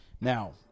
now